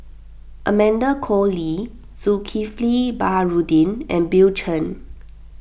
Amanda Koe Lee Zulkifli Baharudin and Bill Chen